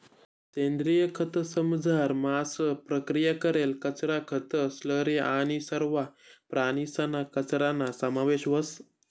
सेंद्रिय खतंसमझार मांस प्रक्रिया करेल कचरा, खतं, स्लरी आणि सरवा प्राणीसना कचराना समावेश व्हस